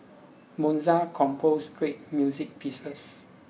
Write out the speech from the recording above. Mozart composed great music pieces